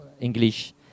English